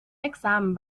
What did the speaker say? examen